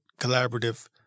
collaborative